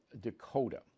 Dakota